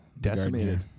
Decimated